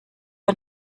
ein